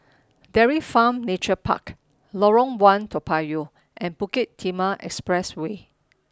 Dairy Farm Nature Park Lorong One Toa Payoh and Bukit Timah Expressway